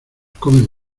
comen